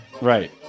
Right